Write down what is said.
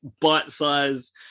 bite-sized